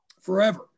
forever